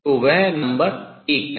तो वह नंबर 1 है